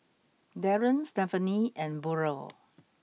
Darren Stefanie and Burrell